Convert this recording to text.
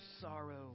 sorrow